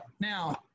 Now